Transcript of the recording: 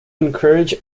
encourage